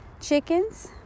chickens